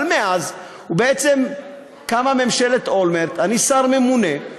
אבל מאז, בעצם קמה ממשלת אולמרט, אני שר ממונה,